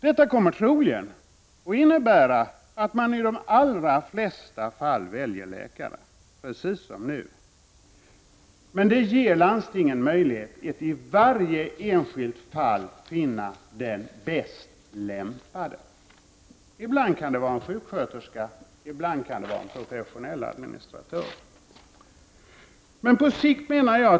Detta kommer troligen att innebära att man i de allra flesta fallen precis som nu väljer läkare för denna uppgift, men det ger landstingen möjlighet att i varje enskilt fall finna den bäst lämpade. Ibland kan det vara en sjuksköterska, ibland kan det vara en professionell administratör.